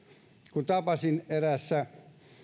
kun tapasin eräässä